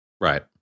Right